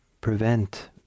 prevent